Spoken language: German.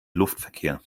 luftverkehr